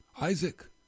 Isaac